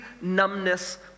numbness